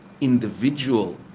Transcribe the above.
individual